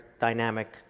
dynamic